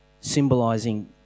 symbolizing